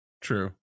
True